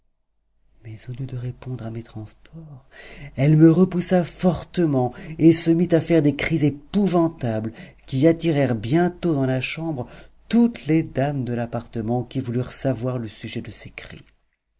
mais au lieu de répondre à mes transports elle me repoussa fortement et se mit à faire des cris épouvantables qui attirèrent bientôt dans la chambre toutes les dames de l'appartement qui voulurent savoir le sujet de ses cris